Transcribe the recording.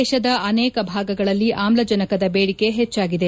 ದೇಶದ ಆನೇಕ ಭಾಗಗಳಲ್ಲಿ ಆಮ್ಲಜನಕದ ಬೇಡಿಕೆ ಹೆಚ್ಚಾಗಿದೆ